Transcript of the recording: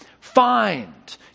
Find